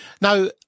Now